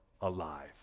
alive